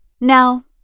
Now